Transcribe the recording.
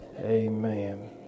Amen